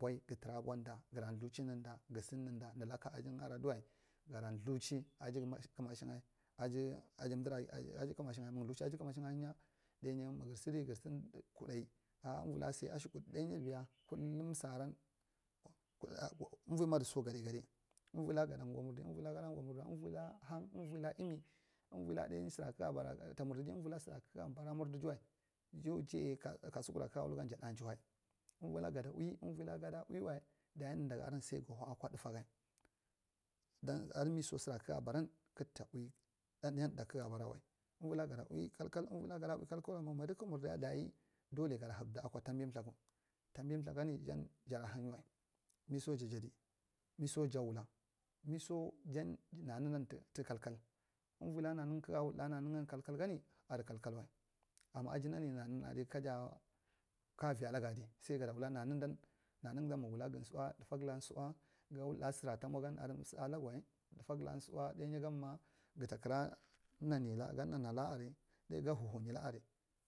Bol gatura abunda gara thichi nandi ga sdn nandi nulaka ajin adi wai gada thuchi aje kumi shinga als umdira. Aji kumashe dai nya magir sddi girsdi kudai a uvoi la sa ashadkudu jai nyi biya kullum sdaran uvol madisu gaday gaday uvoila ga da gwa murdi uvoila gada gwa murdi wa avoila hang umvol, imnu uvoila sanyi sera kuga bara ta murdvi avila sdra hegd bera ga a mudifiwa ya jaya kasurewa was ga ja fa chee uvvoila gada ui kalkat umvoila gada ui kalkal wal ma madi kdgd murdi yayi dayi dole gada ɗi aka tambi thaku tambi uthakan wa jad hanyi wai miso ja jadi muso ja wula, miso ja nanunan tu kalkal uvi la kdga wul ɗa nanu nga tu kalkal gan adi kalkal wai ama ajinani nanam adi aje ka vi alagd adi, sai gada mula nanandan nanandan sai gada wula nananda gada wula gdn so uwi ɗafac la so uwa, mwa ɗa sora ta mwa gan adi semɗa alak wai ɗaifac la so uwa ɗanigamma gdta. Kara nunalla ganu nola aral ɗai ga huhunya la aria